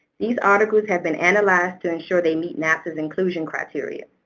these articles have been analyzed to ensure they meet napsa's inclusion criteria.